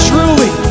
Truly